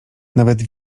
nawet